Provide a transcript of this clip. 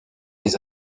des